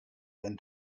than